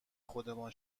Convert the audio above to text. خودمان